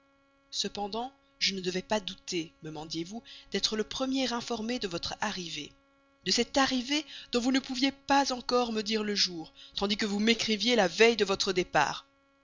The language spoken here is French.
cependant je ne devais pas douter me mandiez vous d'être le premier informé de votre arrivée de cette arrivée dont vous ne pouviez pas encore me dire le jour tandis que vous m'écriviez la veille de votre départ